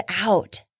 out